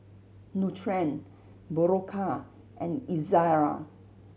Nutren Berocca and Ezerra